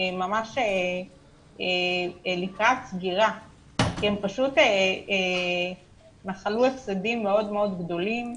ממש לקראת סגירה כי הם נחלו הפסדים מאוד מאוד גדולים.